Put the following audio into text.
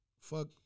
fuck